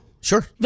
sure